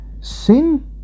Sin